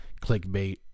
clickbait